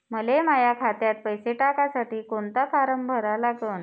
मले माह्या खात्यात पैसे टाकासाठी कोंता फारम भरा लागन?